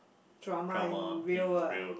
drama in real world